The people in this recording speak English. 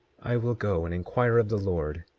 i will go and inquire of the lord,